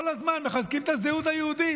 כל הזמן מחזקים את הזהות היהודית,